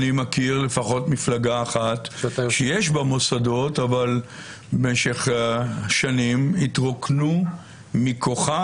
אני מכיר לפחות מפלגה אחת שיש בה מוסדות אבל במשך השנים התרוקנו מכוחם,